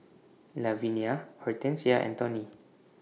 Lavinia Hortensia and Tawny